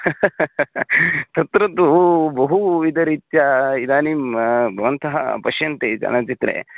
तत्र तु बहुविधरीत्या इदानीं भवन्तः पश्यन्ति चलनचित्रे